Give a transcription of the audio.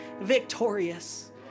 victorious